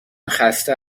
خسته